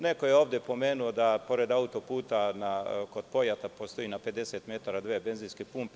Neko je ovde pomenuo da pored autoputa kod Pojata postoje na 50 metara dve benzinske pumpe.